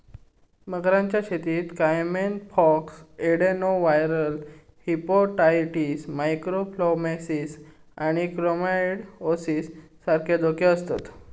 मगरांच्या शेतीत caiman pox, adenoviral hepatitis, mycoplasmosis आणि क्लेमायडिओसिस सारखे धोके आसतत